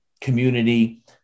community